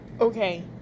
Okay